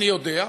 אני יודע,